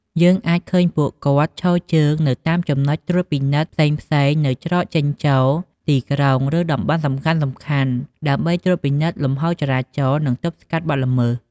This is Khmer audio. យើងអាចឃើញពួកគាត់ឈរជើងនៅតាមចំណុចត្រួតពិនិត្យផ្សេងៗនៅច្រកចេញចូលទីក្រុង ឬតំបន់សំខាន់ៗ ដើម្បីត្រួតពិនិត្យលំហូរចរាចរណ៍ និងទប់ស្កាត់បទល្មើស។